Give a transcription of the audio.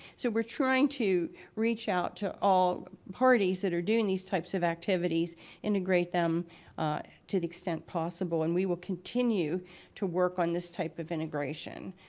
so we're trying to reach out to all the parties that are doing these types of activities integrate them to the extent possible and we will continue to work on this type of integration.